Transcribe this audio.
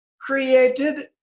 created